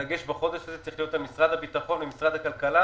הדגש בחודש הזה צריך להיות על משרד הביטחון ומשרד הכלכלה,